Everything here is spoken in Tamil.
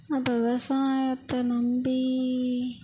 அப்போ விவசாயத்தை நம்பி